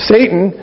Satan